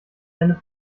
eine